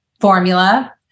formula